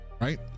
Right